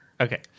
Okay